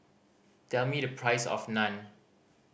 tell me the price of Naan